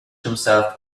himself